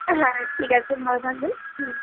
হ্যাঁ ঠিক আছে ভালো থাকবেন হুম